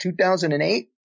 2008